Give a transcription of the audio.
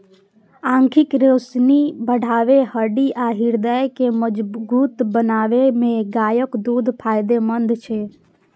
आंखिक रोशनी बढ़बै, हड्डी आ हृदय के मजगूत बनबै मे गायक दूध फायदेमंद छै